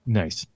nice